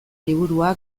liburua